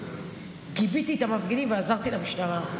גיביתי את המפגינים ועזרתי עם המשטרה,